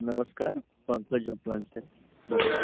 नमस्कार फनफ्लेज अप्लायंसिस बोला